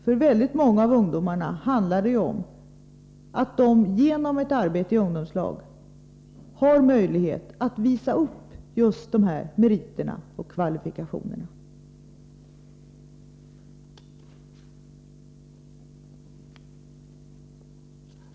För väldigt många av ungdomarna handlar det ju om att de genom ett arbete i ungdomslag har möjlighet att visa upp just sina meriter och kvalifikationer.